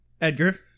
Edgar